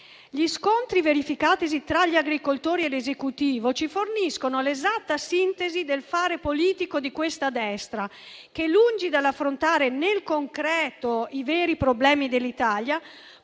Gli scontri verificatisi tra gli agricoltori e l'Esecutivo ci forniscono l'esatta sintesi del fare politico di questa destra che, lungi dall'affrontare nel concreto i veri problemi dell'Italia,